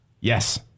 Yes